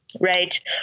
Right